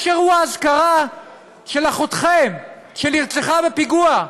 יש אירוע אזכרה של אחותכם שנרצחה בפיגוע.